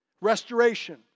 Restoration